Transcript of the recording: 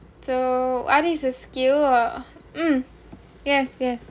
so what is a skill or mm yes yes